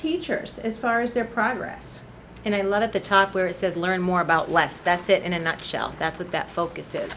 teachers as far as their progress and a lot of the top where it says learn more about less that's it in a nutshell that's what that focuses